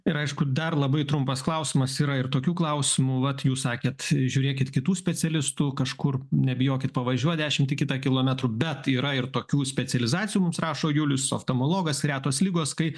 ir aišku dar labai trumpas klausimas yra ir tokių klausimų vat jūs sakėt žiūrėkit kitų specialistų kažkur nebijokit pavažiuot dešimtį kitą kilometrų bet yra ir tokių specializacijų mums rašo julius oftalmologas retos ligos kai